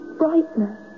brightness